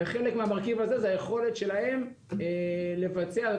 וחלק מהמרכיב הזה זה היכולת שלהן לבצע את